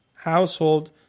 household